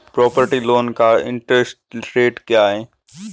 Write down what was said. Property loan का interest rate क्या है?